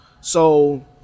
So-